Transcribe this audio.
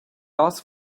ask